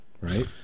Right